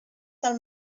del